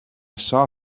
saw